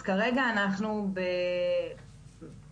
אז כרגע,